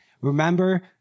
remember